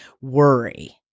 worry